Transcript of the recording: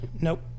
Nope